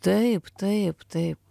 taip taip taip